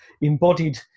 embodied